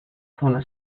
zona